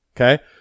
Okay